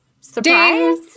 surprise